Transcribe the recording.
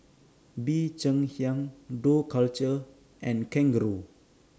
Bee Cheng Hiang Dough Culture and Kangaroo